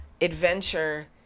adventure